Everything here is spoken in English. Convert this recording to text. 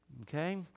okay